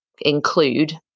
include